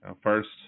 First